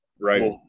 right